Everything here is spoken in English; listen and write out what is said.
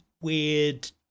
weird